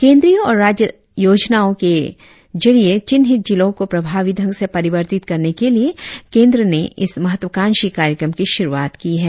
केंद्रीय और राज्य योजनाओं के जरिए चिन्हित जिलों को प्रभावी ढंग से परिवर्तित करने के लिए केंद्र ने इस महात्वाकांक्षी कार्यक्रम की शुरुआत की है